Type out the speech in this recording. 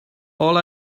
all